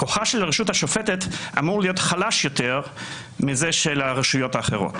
כוחה של הרשות השופטת אמור להיות חלש יותר מזה של הרשויות האחרות,